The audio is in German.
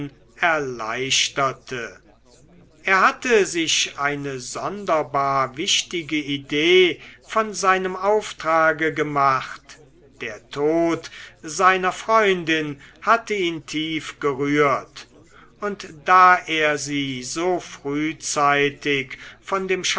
erleichterte er hatte sich eine sonderbar wichtige idee von seinem auftrage gemacht der tod seiner freundin hatte ihn tiefgerührt und da er sie so frühzeitig von dem